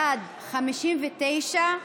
בעד, 59,